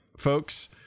folks